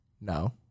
No